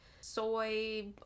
soy